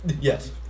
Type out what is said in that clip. yes